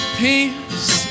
peace